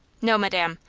no, madame.